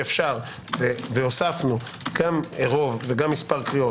שאפשר והוספנו גם רוב וגם מספר קריאות